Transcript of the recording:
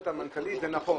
המנכ"לית אומרת דבר נכון,